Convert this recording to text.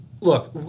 Look